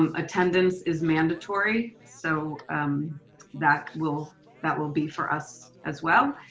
um attendance is mandatory. so that will that will be for us as well.